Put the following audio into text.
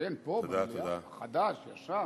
כן, חדש-ישן.